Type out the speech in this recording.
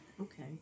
Okay